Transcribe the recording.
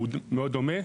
שהוא מאוד דומה.